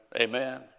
Amen